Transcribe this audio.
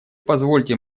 позвольте